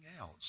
else